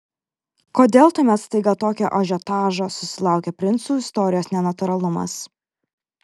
kodėl tuomet staiga tokio ažiotažo susilaukė princų istorijos nenatūralumas